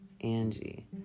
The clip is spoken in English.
Angie